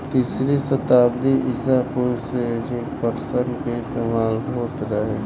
तीसरी सताब्दी ईसा पूर्व से ही पटसन के इस्तेमाल होत रहे